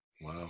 Wow